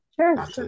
Sure